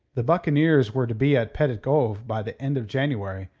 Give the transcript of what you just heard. the buccaneers were to be at petit goave by the end of january,